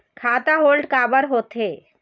खाता होल्ड काबर होथे?